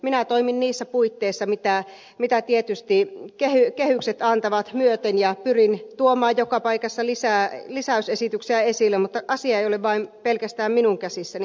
minä toimin niissä puitteissa mitä tietysti kehykset antavat myöten ja pyrin tuomaan joka paikassa lisäysesityksiä esille mutta asia ei ole pelkästään minun käsissäni